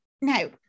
Now